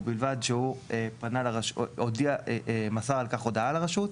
ובלבד שהוא מסר על כך הודעה לרשות,